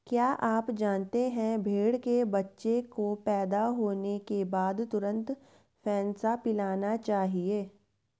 क्या आप जानते है भेड़ के बच्चे को पैदा होने के बाद तुरंत फेनसा पिलाना चाहिए?